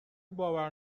باور